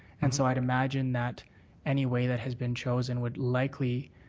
and so i'd imagine that any way that has been chosen would likely